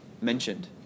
mentioned